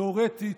תיאורטית,